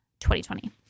2020